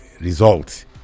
result